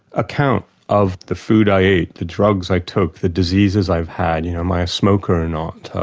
account of the food i ate, the drugs i took, the diseases i've had, you know am i a smoker or not,